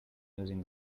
using